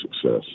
success